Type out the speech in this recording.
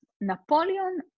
Napoleon